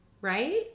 Right